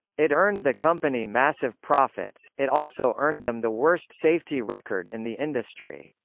it earned the company massive profits it also earned them the worst safety record in the industry.